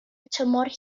tymor